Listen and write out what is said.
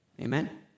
Amen